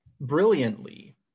brilliantly